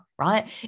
right